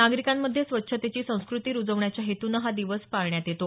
नागरिकांमध्ये स्वच्छतेची संस्कृती रुजवण्याच्या हेतुनं हा दिवस पाळण्यात येतो